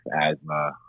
asthma